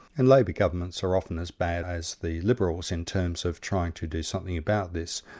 and labor governments are often as bad as the liberals in terms of trying to do something about this,